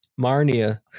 Marnia